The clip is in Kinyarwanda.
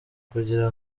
kugira